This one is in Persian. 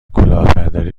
کلاهبرداری